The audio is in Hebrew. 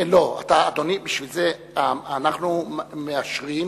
בשביל זה אנחנו מאשרים,